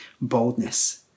boldness